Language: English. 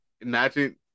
Imagine